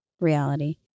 reality